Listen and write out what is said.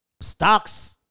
Stocks